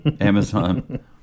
amazon